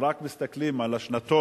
ורק מסתכלים על השנתון,